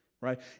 right